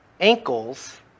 ankles